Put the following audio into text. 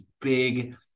big